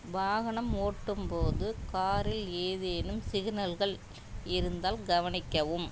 வாகனம் ஓட்டும் போது காரில் ஏதேனும் சிக்கல்கள் இருந்தால் கவனிக்கவும்